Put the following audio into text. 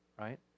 right